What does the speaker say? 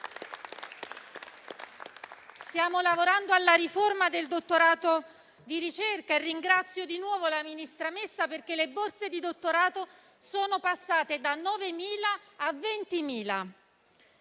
Stiamo lavorando alla riforma del dottorato di ricerca e ringrazio di nuovo la ministra Messa, perché le borse di dottorato sono passate da 9.000 a 20.000.